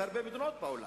ובהרבה מדינות בעולם,